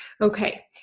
Okay